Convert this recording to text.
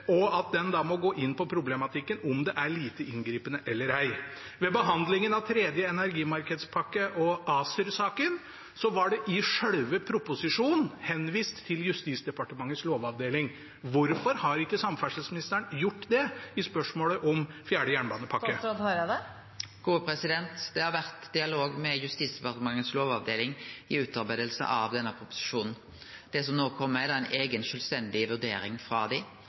og at den da må gå inn på problematikken om det er lite inngripende eller ei. Ved behandlingen av tredje energimarkedspakke og ACER-saken var det i selve proposisjonen henvist til Justisdepartementets lovavdeling. Hvorfor har ikke samferdselsministeren gjort det i spørsmålet om fjerde jernbanepakke? Det har vore dialog med Justisdepartementets lovavdeling i utarbeidinga av denne proposisjonen. Det som no kjem, er ei eiga, sjølvstendig vurdering